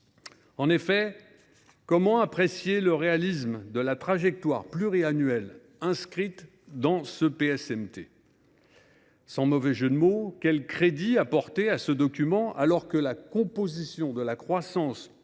En effet, comment apprécier le réalisme de la trajectoire pluriannuelle figurant dans ce PSMT ? Sans mauvais jeu de mots, quel crédit peut on apporter à ce document, alors que les facteurs de la croissance au delà